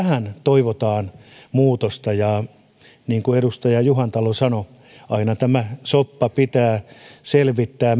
tähän toivotaan muutosta ja niin kuin edustaja juhantalo sanoi aina määräajoin tämä soppa pitää selvittää